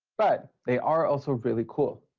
but they are also really cool.